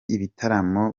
ibitaramo